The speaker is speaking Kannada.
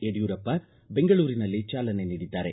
ಯಡಿಯೂರಪ್ಪ ಬೆಂಗಳೂರಿನಲ್ಲಿ ಚಾಲನೆ ನೀಡಿದ್ದಾರೆ